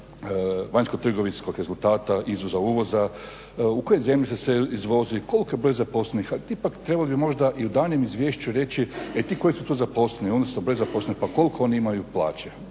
vanjsko-trgovinskog rezultata izvoza/uvoza, u koje zemlje se sve izvozi, koliki je broj zaposlenik, a ipak trebali bi možda i u daljnjem izvješću reći ti koji su tu zaposleni, odnosno broj zaposlenih pa koliko oni imaju plaće.